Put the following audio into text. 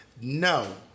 no